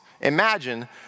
Imagine